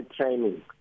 training